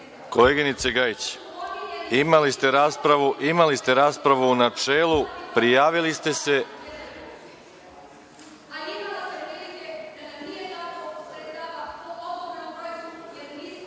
Koleginice Gajić, imali ste raspravu u načelu, prijavili ste